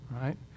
right